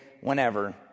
whenever